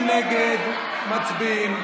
התשפ"ב 2022,